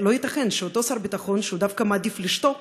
לא ייתכן שאותו שר ביטחון דווקא מעדיף לשתוק